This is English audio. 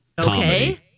Okay